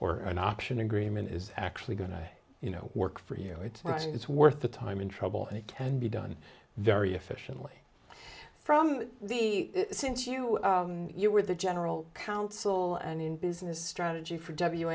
or an option agreement is actually going to you know work for you know it's right it's worth the time and trouble and can be done very efficiently from the since you you were the general counsel and in business strategy for w